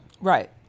Right